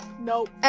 nope